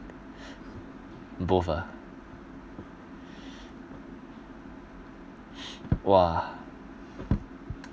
both ah !wah!